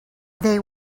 they